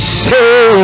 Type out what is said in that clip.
say